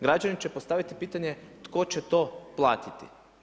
Građani će postaviti pitanje, tko će to platiti?